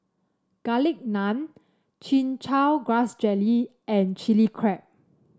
Garlic Naan Chin Chow Grass Jelly and Chili Crab